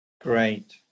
Great